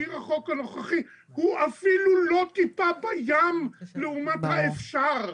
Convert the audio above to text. תסקיר החוק הנוכחי הוא אפילו לא טיפה בים לעומת האפשר.